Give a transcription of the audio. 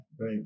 right